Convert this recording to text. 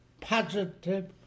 positive